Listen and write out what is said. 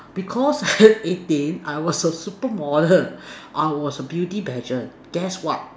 because eighteen I was a super model I was a beauty pageant guess what